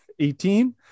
18